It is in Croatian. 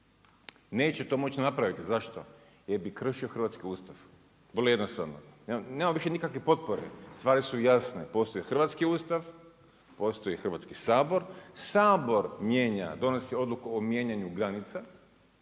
neće moći to napraviti. Zašto? Jer bi kršio hrvatski Ustav. Vrlo jednostavno, nema više nikakve potpore, stvari su jasne, postoji hrvatski Ustav, postoji Hrvatski sabor. Sabor mijenja, donosi odluku o mijenjanju granica,